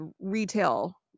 retail